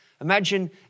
Imagine